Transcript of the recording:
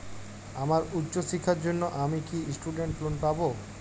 আমার উচ্চ শিক্ষার জন্য আমি কি স্টুডেন্ট লোন পাবো